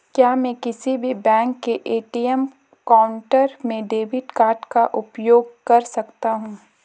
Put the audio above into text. क्या मैं किसी भी बैंक के ए.टी.एम काउंटर में डेबिट कार्ड का उपयोग कर सकता हूं?